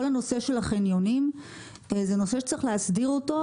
כל הנושא של החניונים זה נושא שצריך להסדיר אותו.